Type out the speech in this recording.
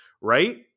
right